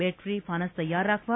battery ફાનસ તૈયાર રાખવા